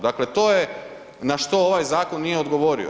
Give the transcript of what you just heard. Dakle to je na što ovaj zakon nije odgovorio.